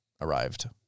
arrived